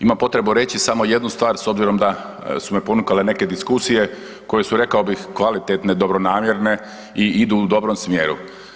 Imam potrebu reći samo jednu stvar s obzirom da su me ponukale neke diskusije koje su rekao bih, kvalitetne, dobronamjerne i idu u dobrom smjeru.